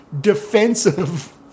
defensive